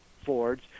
Fords